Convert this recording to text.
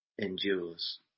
endures